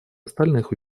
остальных